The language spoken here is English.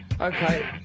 Okay